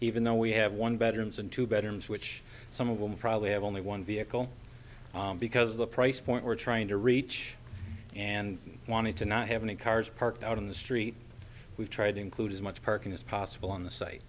even though we have one bedrooms and two bedrooms which some of them probably have only one vehicle because the price point we're trying to reach and wanted to not have any cars parked out in the street we've tried to include as much parking as possible on the site